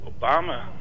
Obama